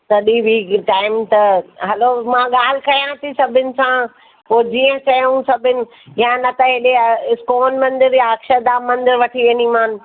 तॾहिं बी टाइम त हलो मां ॻाल्हि कयां थी सभिनि सां पोइ जीअं चयऊं सभिनि या न त एॾे इस्कॉन मंदिर या अक्षरधाम मंदिर वठी वेंदीमान